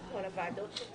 לוועדות.